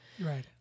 Right